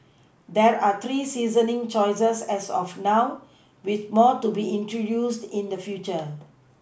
there are three seasoning choices as of now with more to be introduced in the future